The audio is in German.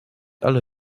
alle